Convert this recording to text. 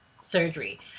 surgery